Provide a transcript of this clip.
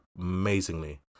amazingly